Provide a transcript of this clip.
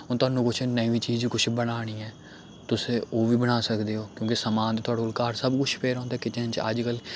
हून तुहानू कुछ नमीं चीज़ कुछ बनानी ऐ तुस ओह् बी बना सकदे ओ क्योंकि समान ते थुआढ़े कोल घर सब कुछ पेदा होंदा किचन च अज्जकल